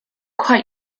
quite